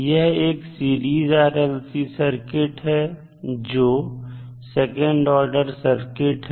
यह एक series RLC circuit है जो सेकंड ऑर्डर सर्किट है